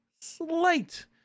slight